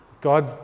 God